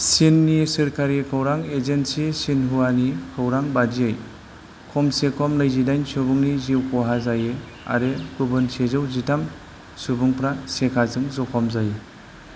चीननि सोरखारि खौरां एजेन्सी शिन्हुआनि खौरां बादियै खमसे खम नैजिदाइन सुबुंनि जिउ खहा जायो आरो गुबुन सैजौ जिथाम सुबुंफ्रा सेखाजों जखम जायो